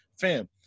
fam